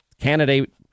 candidate